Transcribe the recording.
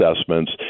assessments